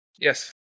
Yes